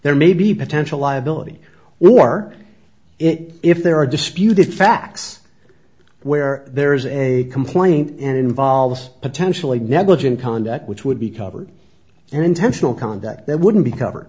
there may be potential liability or it if there are disputed facts where there is a complaint and involves potentially negligent conduct which would be covered and intentional conduct there wouldn't be covered